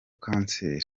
cancer